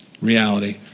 reality